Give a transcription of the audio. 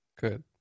Good